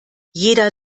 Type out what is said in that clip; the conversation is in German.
jeder